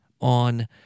on